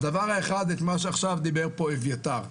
האחד, מה שאמר פה עכשיו אביתר.